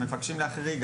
מבקשים להחריג.